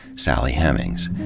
sally hemings.